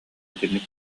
итинник